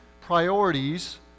priorities